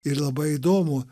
ir labai įdomu